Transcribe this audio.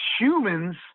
humans